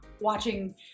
watching